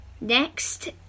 next